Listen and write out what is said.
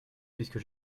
puisque